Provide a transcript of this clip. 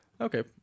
okay